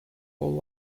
whole